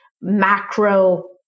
macro